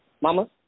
Mama